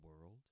world